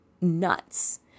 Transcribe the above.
nuts